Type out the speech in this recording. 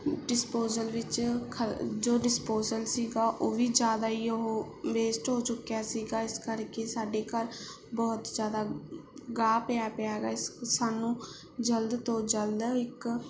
disposal ਵਿੱਚ ਖ ਜੋ ਡਿਸਪੋਜਲ ਸੀਗਾ ਉਹ ਵੀ ਜ਼ਿਆਦਾ ਹੀ ਉਹ ਵੇਸਟ ਹੋ ਚੁੱਕਿਆ ਸੀਗਾ ਇਸ ਕਰਕੇ ਸਾਡੇ ਘਰ ਬਹੁਤ ਹੀ ਜ਼ਿਆਦਾ ਗਾਹ ਪਿਆ ਪਿਆ ਹੈਗਾ ਇਸ ਸਾਨੂੰ ਜਲਦ ਤੋਂ ਜਲਦ ਇੱਕ